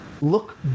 look